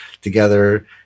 together